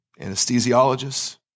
Anesthesiologists